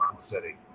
city